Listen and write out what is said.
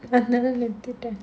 another நிறுத்திட்டேன்:niruthitaen